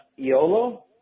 Iolo